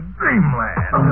dreamland